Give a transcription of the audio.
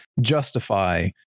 justify